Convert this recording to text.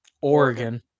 Oregon